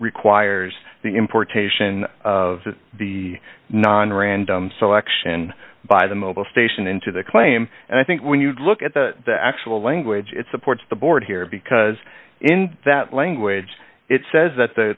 requires the importation of the non random selection by the mobile station into the claim and i think when you look at the actual language it supports the board here because in that language it says that the